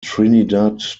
trinidad